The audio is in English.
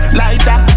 lighter